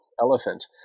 elephant